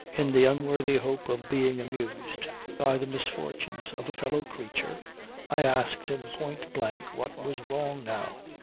in the unworthy hope of being amused by the misfortunes of a fellow-creature i asked him point-blank what was wrong now.